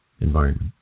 environment